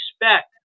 expect